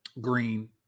Green